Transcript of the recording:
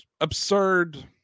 absurd